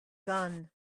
gun